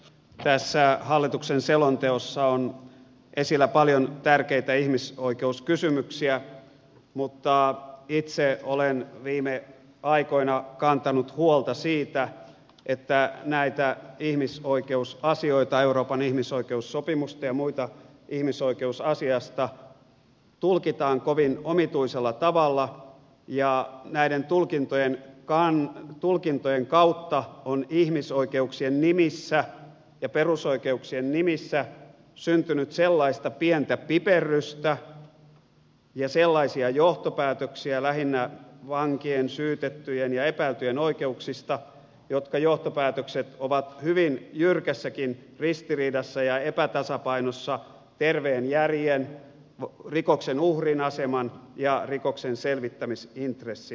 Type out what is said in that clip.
tässä hallituksen selonteossa on esillä paljon tärkeitä ihmisoikeuskysymyksiä mutta itse olen viime aikoina kantanut huolta siitä että näitä ihmisoikeusasioita euroopan ihmisoikeussopimusten ja muita ihmisoikeusasioita tulkitaan kovin omituisella tavalla ja näiden tulkintojen kautta on ihmisoikeuksien nimissä ja perusoikeuksien nimissä syntynyt sellaista pientä piperrystä ja sellaisia johtopäätöksiä lähinnä vankien syytettyjen ja epäiltyjen oikeuksista jotka ovat hyvin jyrkässäkin ristiriidassa ja epätasapainossa terveen järjen rikoksen uhrin aseman ja rikoksen selvittämisintressin kanssa